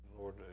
Lord